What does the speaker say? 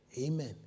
Amen